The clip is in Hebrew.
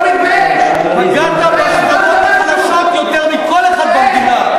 נגד העלאת שכר מינימום, הכול בהידברות.